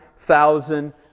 thousand